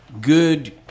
good